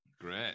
great